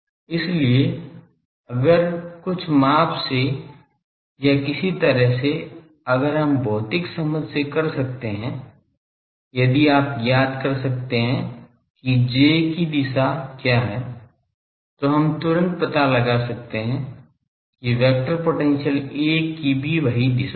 इसलिए अगर कुछ माप से या किसी तरह से अगर हम भौतिक समझ से कर सकते हैं यदि आप ज्ञात कर सकते हैं कि J की दिशा क्या है तो हम तुरंत पता लगा सकते हैं कि वेक्टर पोटेंशियल A की भी वही दिशा होगी